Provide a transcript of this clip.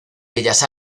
bellas